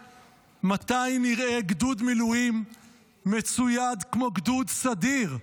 נראה גדוד מילואים מצויד כמו גדוד סדיר,